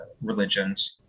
religions